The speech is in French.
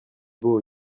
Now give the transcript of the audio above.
beau